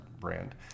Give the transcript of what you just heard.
brand